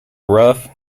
rough